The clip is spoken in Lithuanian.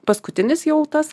paskutinis jau tas